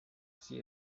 see